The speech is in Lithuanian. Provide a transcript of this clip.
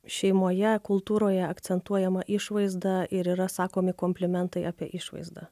šeimoje kultūroje akcentuojama išvaizda ir yra sakomi komplimentai apie išvaizdą